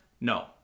No